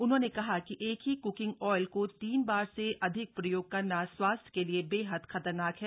उन्होंने कहा कि एक ही कुकिंग ऑयल को तीन बार से अधिक प्रयोग करना स्वास्थ्य के लिए बेहद खतरनाक है